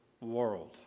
world